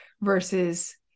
versus